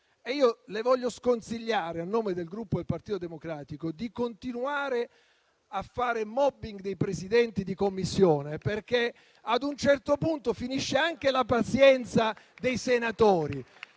Io le voglio sconsigliare, a nome del Gruppo Partito Democratico, di continuare a fare *mobbing* nei confronti dei Presidenti di Commissione, perché a un certo punto finisce anche la pazienza dei senatori.